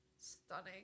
Stunning